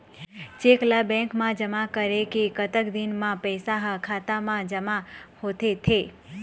Cheque ला bank मा जमा करे के कतक दिन मा पैसा हा खाता मा जमा होथे थे?